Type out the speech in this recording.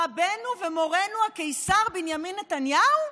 רבנו ומורנו הקיסר בנימין נתניהו?